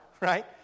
right